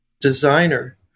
designer